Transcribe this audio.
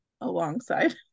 alongside